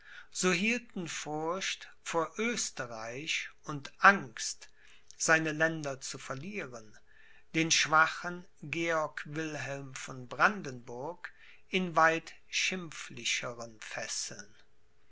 so hielten furcht vor oesterreich und angst seine länder zu verlieren den schwachen georg wilhelm von brandenburg in weit schimpflicheren fesseln